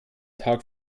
tag